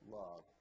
love